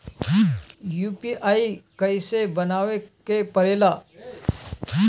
UPI कइसे बनावे के परेला?